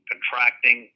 contracting